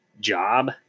job